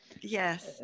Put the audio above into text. Yes